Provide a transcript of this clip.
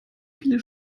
viele